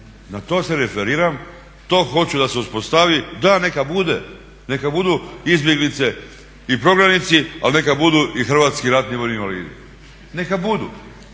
Na to se referiram, to hoću da se uspostavi da neka budu izbjeglice i prognanici ali neka budu i hrvatski ratni vojni invalidi, neka budu